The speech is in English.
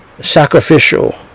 sacrificial